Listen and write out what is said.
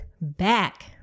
back